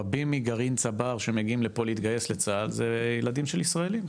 רבים מגרעין צבר שמגיעים לפה להתגייס לצה"ל זה ילדים של ישראלים.